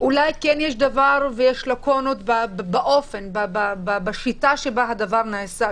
אולי יש לקונות בשיטה שבה הדבר נעשה.